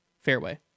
fairway